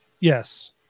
Yes